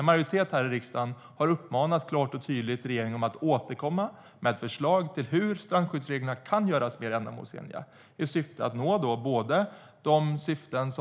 En majoritet i riksdagen har klart och tydligt uppmanat regeringen att återkomma med ett förslag till hur strandskyddsreglerna kan göras mer ändamålsenliga i syfte att både nå